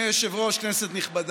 להצעת החוק הבאה,